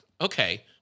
Okay